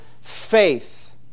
faith